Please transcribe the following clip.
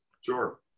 Sure